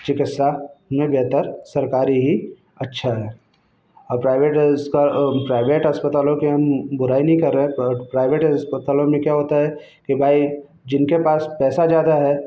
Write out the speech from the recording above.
चिकित्सा में बेहतर सरकारी ही अच्छा है और प्राइवेट इसका प्राइवेट अस्पतालों की हम बुराई नहीं कर रहे हैं पर प्राइवेट अस्पतालों में क्या होता है कि भाई जिनके पास पैसा ज़्यादा है